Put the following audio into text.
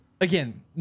again